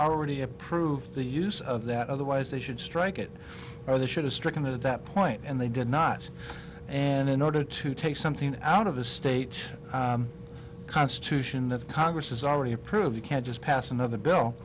already approved the use of that otherwise they should strike it or they should have stricken at that point and they did not and in order to take something out of a state constitution that congress has already approved you can't just pass another bill